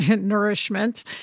nourishment